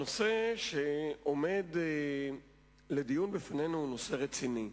הנושא שעומד לדיון בפנינו הוא נושא רציני.